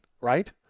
right